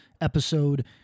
episode